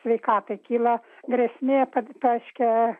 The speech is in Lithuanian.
sveikatai kyla grėsmė kad taške